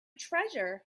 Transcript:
treasure